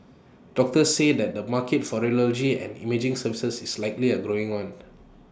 doctors say that the market for radiology and imaging services is likely A growing one